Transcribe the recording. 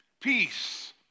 peace